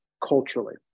culturally